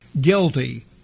Guilty